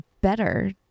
better